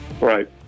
Right